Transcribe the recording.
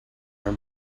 your